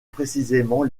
précisément